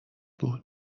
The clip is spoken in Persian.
بود